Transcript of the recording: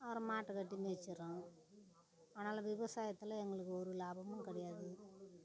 அப்புறம் மாட்டை கட்டி மேய்ச்சிடுறோம் அதனால விவசாயத்தில் எங்களுக்கு ஒரு லாபமும் கிடையாது